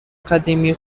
قدیمی